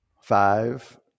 Five